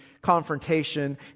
confrontation